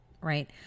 right